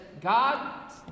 God